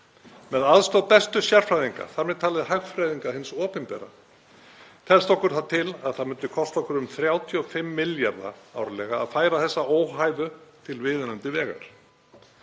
Með aðstoð bestu sérfræðinga, þ.m.t. hagfræðinga hins opinbera, telst okkur til að það myndi kosta okkur um 35 milljarða árlega að færa þessa óhæfu til viðunandi vegar.